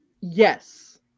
Yes